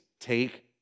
take